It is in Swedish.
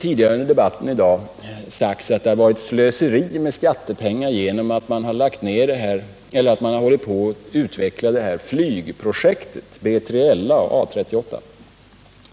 Tidigare under debatten i dag har det sagts att det har varit ett slöseri med skattepengar genom att man har hållit på att utveckla flygprojekt —- B3LA och A38.